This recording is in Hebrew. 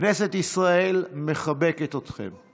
כנסת ישראל מחבקת אתכן.